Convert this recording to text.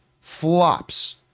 flops